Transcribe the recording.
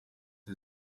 aya